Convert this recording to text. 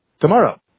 tomorrow